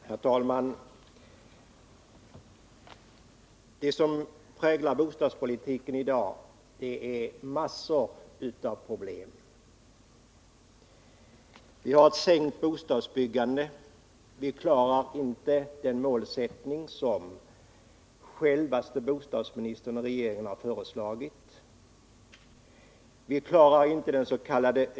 Herr talman! Vad som präglar dagens bostadspolitik är mängder av problem. Vi har ett lägre bostadsbyggande, vi klarar inte det mål som självaste bostadsministern och regeringen har föreslagit. Inte heller klarar vi dens.k.